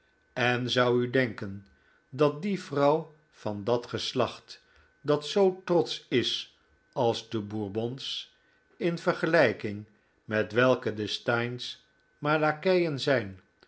en zou u denken dat die vrouw van dat geslacht dat zoo trotsch is als de bourbons in vergelijking met welke de steynes maar lakeien zijn